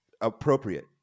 appropriate